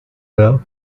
love